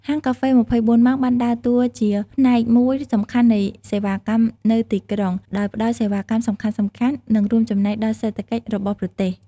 ហាងកាហ្វេ ២៤ ម៉ោង បានដើរតួជាផ្នែកមួយសំខាន់នៃសេវាកម្មនៅទីក្រុង ដោយផ្តល់សេវាកម្មសំខាន់ៗ និងរួមចំណែកដល់សេដ្ឋកិច្ចរបស់ប្រទេស។